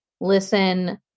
listen